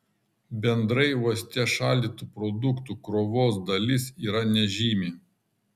bendrai uoste šaldytų produktų krovos dalis yra nežymi